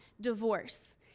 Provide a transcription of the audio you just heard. divorce